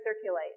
circulate